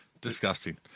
disgusting